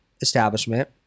establishment